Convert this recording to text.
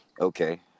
okay